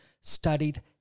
studied